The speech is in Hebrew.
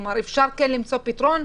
כלומר, אפשר למצוא פתרון,